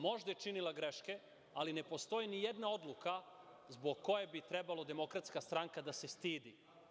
Možda je činila greške, ali ne postoji ni jedna odluka zbog koje bi trebalo DS da stidi.